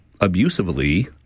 abusively